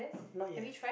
not yet